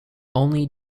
only